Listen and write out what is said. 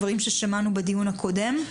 דברים ששמענו בדיון הקודם,